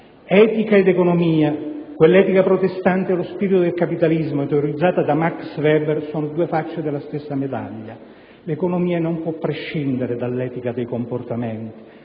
Etica ed economia, quell'etica protestante e lo spirito del capitalismo teorizzato da Max Weber, sono due facce della stessa medaglia. L'economia non può prescindere dall'etica dei comportamenti.